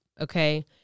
Okay